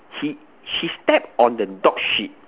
he she step on the dog shit